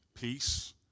Peace